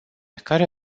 care